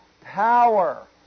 power